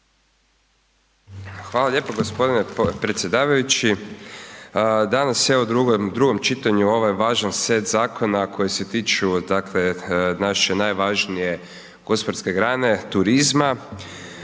Hvala lijepo g. predsjedavajuči. Danas, evo u drugom čitanju ovo je važan set zakona koji se tiču, dakle, naše najvažnije gospodarske grane, turizma.